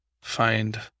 find